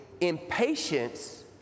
impatience